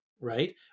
right